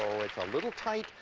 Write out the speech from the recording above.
a little tight,